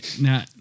Now